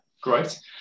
great